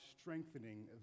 strengthening